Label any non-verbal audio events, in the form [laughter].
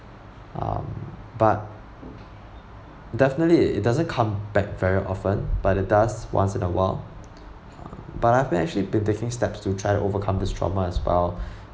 um but definitely it doesn't come back very often but it does once in a while [noise] but I've been actually been taking steps to try overcome this trauma as well [breath]